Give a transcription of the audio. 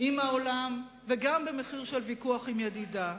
עם העולם וגם במחיר של ויכוח עם ידידה.